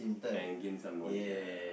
and gain some knowledge ya